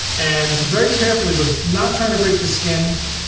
and very carefully with not tryna break the skin,